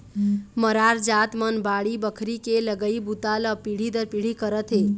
मरार जात मन बाड़ी बखरी के लगई बूता ल पीढ़ी दर पीढ़ी करत हे